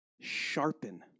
sharpen